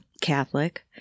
Catholic